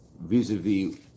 vis-a-vis